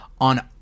on